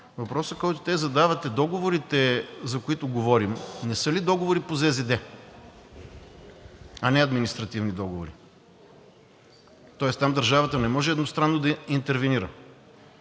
въпросът, който те задават, е: договорите, за които говорим, не са ли договори по ЗЗД, а не административни договори, тоест там държавата не може едностранно да интервенира?